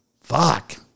fuck